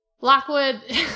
Lockwood